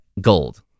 Gold